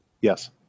yes